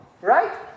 Right